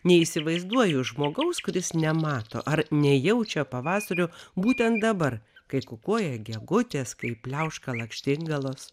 neįsivaizduoju žmogaus kuris nemato ar nejaučia pavasario būtent dabar kai kukuoja gegutės kai pliauška lakštingalos